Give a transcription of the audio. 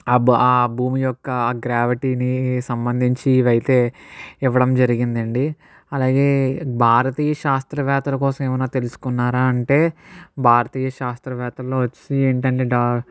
భా భూమి యొక్క గ్రావిటీని సంబంధించి ఇవైతే ఇవ్వడం జరిగిందండి అలాగే భారతీయ శాస్త్రవేత్తల కోసం ఏమైనా తెలుసుకున్నారా అంటే భారతీయ శాస్త్రవేత్తలలో వచ్చేసి ఏంటంటే డా